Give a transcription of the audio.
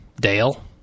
dale